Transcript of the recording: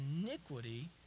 iniquity